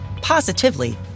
positively